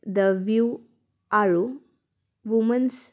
the view আৰু women's